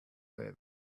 lived